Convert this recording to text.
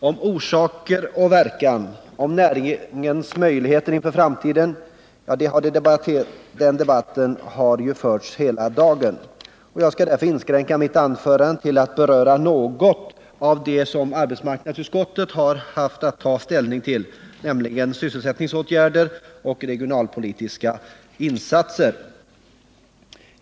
Om orsaker och verkan och om näringens möjligheter inför framtiden, ja, det har ju debatten handlat om hela denna dag, och därför skall jag inskränka mitt anförande till att beröra något av det som arbetsmarknadsutskottet har att ta ställning till, nämligen sysselsättningsåtgärder och regionalpolitiska insatser.